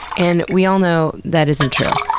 and we all know that isn't true.